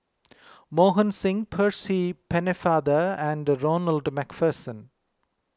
Mohan Singh Percy Pennefather and Ronald MacPherson